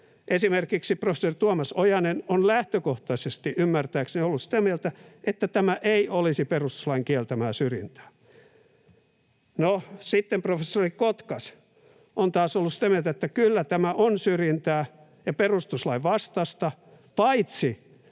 Esimerkiksi professori Tuomas Ojanen on lähtökohtaisesti ymmärtääkseni ollut sitä mieltä, että tämä ei olisi perustuslain kieltämää syrjintää. Sitten professori Kotkas on taas ollut sitä mieltä, että kyllä tämä on syrjintää ja perustuslain vastaista, paitsi